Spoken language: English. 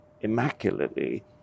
immaculately